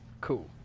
Cool